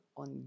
on